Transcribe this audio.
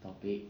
topic